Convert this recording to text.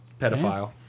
pedophile